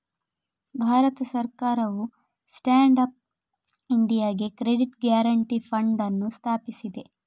ಭಾರತ ಸರ್ಕಾರವು stand up ಇಂಡಿಯಾಗೆ credit guarantee fund ಅನ್ನು ಸ್ಥಾಪಿಸಿದೆ